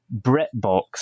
britbox